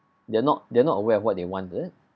they're not they're not aware of what they want is it